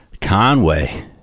Conway